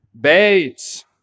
Bates